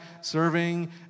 serving